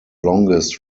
longest